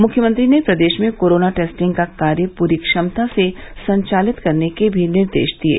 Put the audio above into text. मुख्यमंत्री ने प्रदेश में कोरोना टेस्टिंग का कार्य पूरी क्षमता से संचालित करने के भी निर्देश दिये